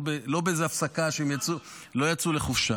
לא באיזו הפסקה שהם יצאו אליה, הם לא יצאו לחופשה.